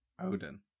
Odin